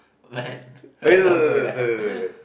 man we're not gonna